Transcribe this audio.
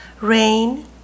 Rain